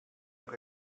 noch